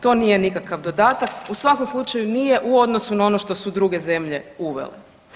To nije nikakav dodatak, u svakom slučaju nije u odnosu na ono što su druge zemlje uvele.